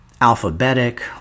alphabetic